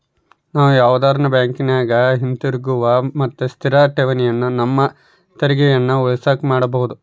ನಾವು ಯಾವುದನ ಬ್ಯಾಂಕಿನಗ ಹಿತಿರುಗುವ ಮತ್ತೆ ಸ್ಥಿರ ಠೇವಣಿಯನ್ನ ನಮ್ಮ ತೆರಿಗೆಯನ್ನ ಉಳಿಸಕ ಮಾಡಬೊದು